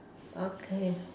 okay